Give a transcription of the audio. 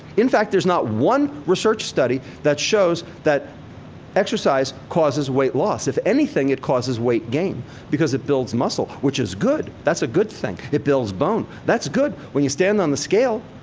in fact, there's not one research study that shows that exercise causes weight loss. if anything, it causes weight gain because it builds muscle, which is good. that's a good thing. it builds bone. that's good. when you stand on the scale,